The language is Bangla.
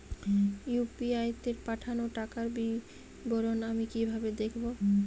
ইউ.পি.আই তে পাঠানো টাকার বিবরণ আমি কিভাবে দেখবো?